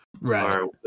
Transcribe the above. right